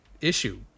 issue